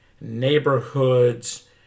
neighborhoods